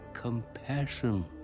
Compassion